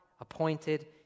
appointed